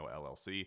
LLC